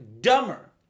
dumber